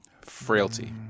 Frailty